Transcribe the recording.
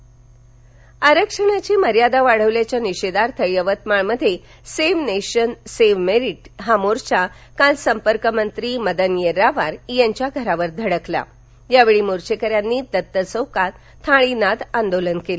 आरक्षण यावतमाळ आरक्षणाची मर्यादा वाढवल्याच्या निषेधार्थ यवतमाळ मध्ये सेव्ह नेशन सेव्ह मेरिट मोर्चा काल संपर्कमंत्री मदन येरावार यांच्या घरावर धडकला यावेळी मोर्चेकऱ्यांनी दत्त चौकात थाळीनाद आंदोलन केलं